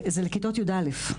זה לכיתות י"א.